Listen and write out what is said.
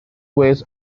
ways